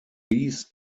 these